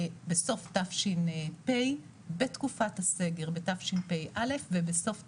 בסוף תש"פ, בתקופת הסגר בתשפ"א ובסוף תשפ"א,